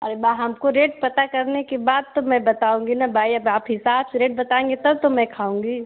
अरे हमको रेट पता करने के बाद तो मैं बताऊँगी ना भाई अब आप हिसाब से रेट बताएँगे तब तो मैं खाऊँगी